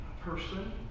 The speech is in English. person